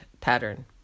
pattern